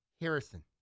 Harrison